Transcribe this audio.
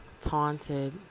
taunted